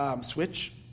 switch